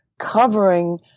Covering